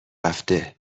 رفته